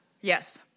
yes